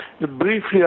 Briefly